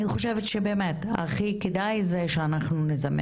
אני חושבת שבאמת שהכי כדאי שאנחנו נזמן